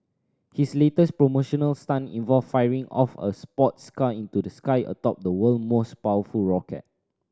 his latest promotional stunt involved firing off a sports car into the sky atop the world most powerful rocket